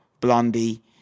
Blondie